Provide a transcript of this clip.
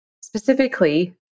Specifically